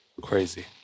Crazy